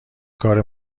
کار